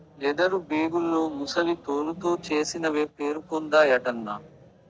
leather బేగుల్లో ముసలి తోలుతో చేసినవే పేరుపొందాయటన్నా